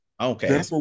Okay